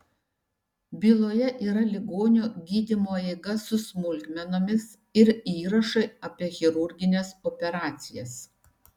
byloje yra ligonio gydymo eiga su smulkmenomis ir įrašai apie chirurgines operacijas